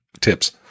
Tips